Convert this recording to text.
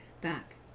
back